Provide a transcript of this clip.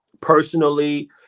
personally